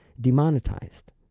Demonetized